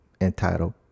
entitled